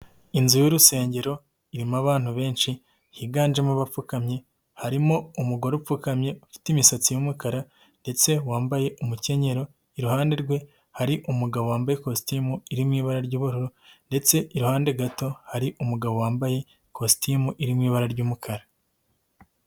Inzu y'urusengero irimo abantu benshi higanjemo abapfukamye, harimo umugore upfukamye, ufite imisatsi y'umukara ndetse wambaye umukenyero, iruhande rwe hari umugabo wambaye ikositimu irimo ibara ry'ubururu, ndetse iruhande gato hari umugabo wambaye ikositimu iri mu ibara ry'umukara.